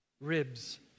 Ribs